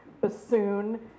bassoon